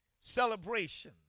celebration